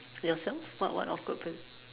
yourself what what awkward